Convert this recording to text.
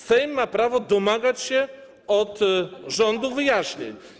Sejm ma prawo domagać się od rządu wyjaśnień.